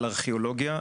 על ארכיאולוגיה,